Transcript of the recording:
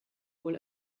wohl